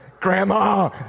Grandma